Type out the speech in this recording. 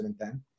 2010